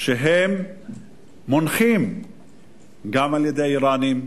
שהם מונחים גם על-ידי האירנים,